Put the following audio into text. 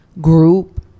group